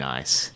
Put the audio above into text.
Nice